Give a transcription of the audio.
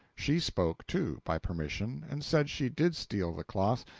she spoke, too, by permission, and said she did steal the cloth,